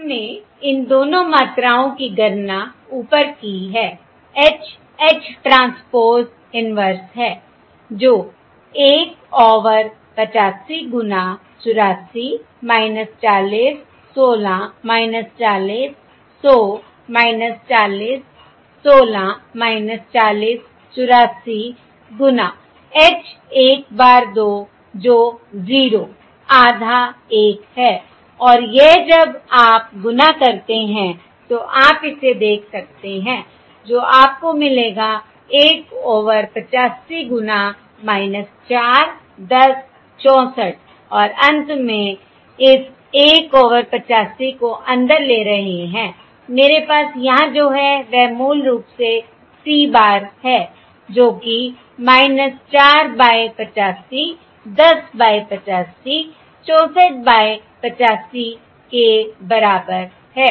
हमने इन दोनों मात्राओं की गणना ऊपर की है H H ट्रांसपोज़ इन्वर्स है जो 1 ओवर 85 गुना 84 40 16 40 100 40 16 40 84 गुना H 1 bar 2 जो 0 आधा 1 है और यह जब आप गुणा करते हैं तो आप इसे देख सकते हैं जो आपको मिलेगा 1 ओवर 85 गुना 4 10 64 और अंत में इस 1 ओवर 85 को अंदर ले रहे हैं मेरे पास यहां जो है वह मूल रूप से C bar है जो कि 4 बाय 85 10 बाय 85 64 बाय 85 के बराबर है